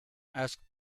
asked